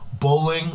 bowling